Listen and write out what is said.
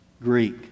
Greek